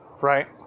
Right